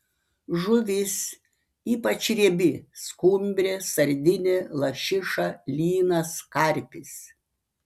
žuvis ypač riebi skumbrė sardinė lašiša lynas karpis